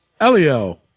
Elio